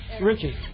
Richie